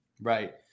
Right